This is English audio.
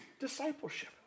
discipleship